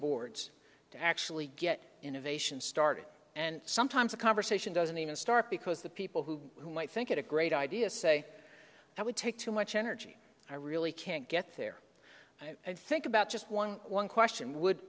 boards to actually get innovation started and sometimes a conversation doesn't even start because the people who might think it a great idea say i would take too much energy i really can't get there i think about just one one question would